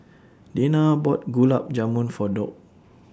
Dina bought Gulab Jamun For Doug